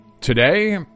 Today